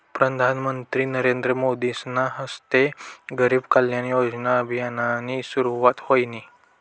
प्रधानमंत्री नरेंद्र मोदीसना हस्ते गरीब कल्याण योजना अभियाननी सुरुवात व्हयनी